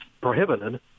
prohibited